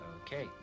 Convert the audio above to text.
Okay